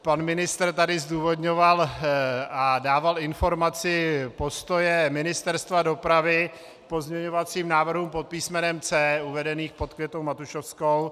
Pan ministr tady zdůvodňoval a dával informaci postoje Ministerstva dopravy k pozměňovacím návrhům pod písmenem C uvedeným pod Květou Matušovskou.